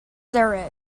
there